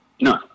No